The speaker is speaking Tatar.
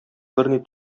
берни